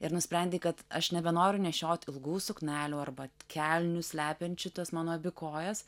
ir nusprendei kad aš nebenoriu nešioti ilgų suknelių arba kelnių slepiančių tas mano abi kojas